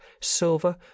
silver